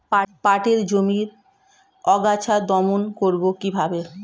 পাটের জমির আগাছা দমন করবো কিভাবে?